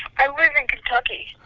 i live in kentucky.